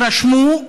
תירשמו,